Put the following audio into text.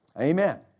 Amen